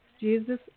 Jesus